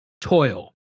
toil